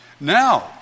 Now